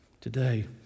Today